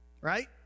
Right